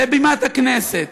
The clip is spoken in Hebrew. לבמת הכנסת,